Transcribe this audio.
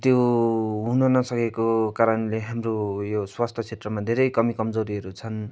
त्यो हुन नसकेको कारणले हाम्रो यो स्वास्थ्य क्षेत्रमा धेरै कमी कमजोरीहरू छन्